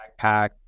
backpack